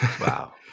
Wow